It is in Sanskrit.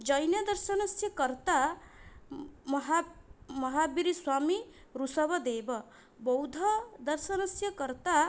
जैनदर्शनस्य कर्ता महा महावीरस्वामीवृषभदेवः बौद्धदर्शनस्य कर्ता